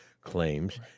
claims